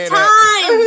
time